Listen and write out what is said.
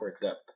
depth